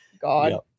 God